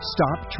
Stop